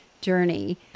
journey